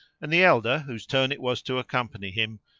and the elder, whose turn it was to accompany him,